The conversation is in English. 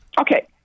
Okay